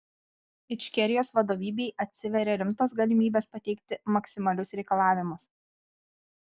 ičkerijos vadovybei atsiveria rimtos galimybės pateikti maksimalius reikalavimus